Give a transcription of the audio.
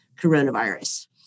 coronavirus